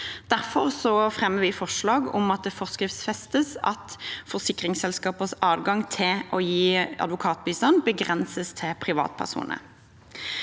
Derfor fremmer vi forslag om at det forskriftsfestes at forsikringsselskapers adgang til å gi advokatbistand begrenses til privatpersoner.